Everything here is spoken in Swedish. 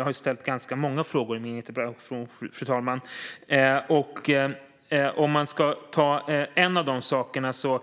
Jag har ju ställt ganska många frågor i min interpellation, fru talman. En av de sakerna, som